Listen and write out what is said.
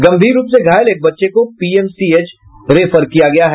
गम्भीर रूप से घायल एक बच्चे को पीएमसीएच रेफर किया गया है